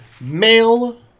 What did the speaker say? male